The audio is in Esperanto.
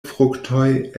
fruktoj